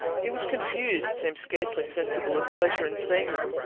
he was confused, seemed scarcely sensible of pleasure in seeing them,